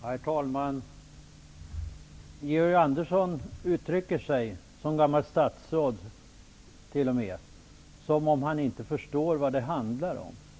Herr talman! Georg Andersson uttrycker sig som om han inte förstår vad det handlar om, trots att han t.o.m. har varit statsråd.